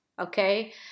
Okay